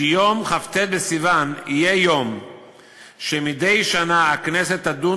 שיום כ"ט בסיוון יהיה יום שמדי שנה הכנסת תדון